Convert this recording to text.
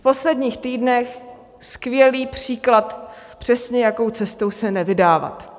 V posledních týdnech skvělý příklad, přesně, jakou cestou se nevydávat.